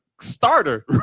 starter